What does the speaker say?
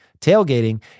tailgating